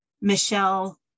Michelle